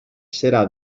serà